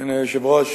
אדוני היושב-ראש,